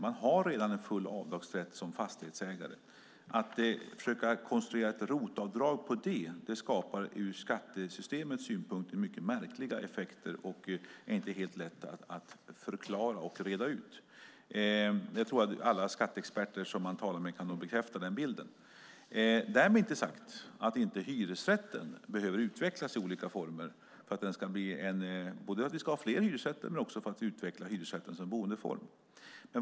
Man har som fastighetsägare redan en full avdragsrätt. Att försöka konstruera ett ROT-avdrag på det skapar ur skattesystemets synpunkt mycket märkliga effekter och är inte helt lätt att förklara och reda ut. Jag tror att alla skatteexperter som man talar med kommer att bekräfta den bilden. Därmed är inte sagt att inte hyresrätten behöver utvecklas i olika former, både för att vi ska ha fler hyresrätter och för att utveckla hyresrätten som boendeform.